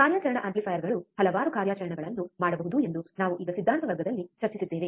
ಕಾರ್ಯಾಚರಣಾ ಆಂಪ್ಲಿಫೈಯರ್ಗಳು ಹಲವಾರು ಕಾರ್ಯಾಚರಣೆಗಳನ್ನು ಮಾಡಬಹುದು ಎಂದು ನಾವು ಈಗ ಸಿದ್ಧಾಂತ ವರ್ಗದಲ್ಲಿ ಚರ್ಚಿಸಿದ್ದೇವೆ